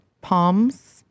Palms